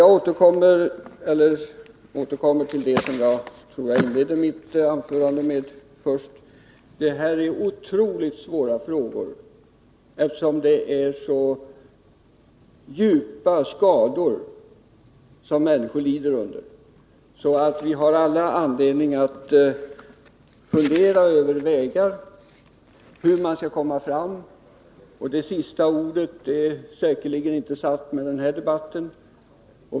Jag återkommer till det som jag inledde mitt anförande med: Detta är otroligt svåra frågor, eftersom det är så djupa skador som människorna lider av. Vi har alla anledning att fundera över vägar för att komma fram, och det sista ordet är säkerligen inte sagt med den här debatten.